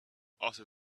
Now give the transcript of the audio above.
after